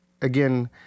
again